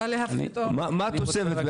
מה התוספת?